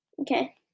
Okay